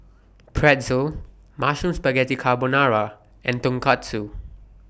Pretzel Mushroom Spaghetti Carbonara and Tonkatsu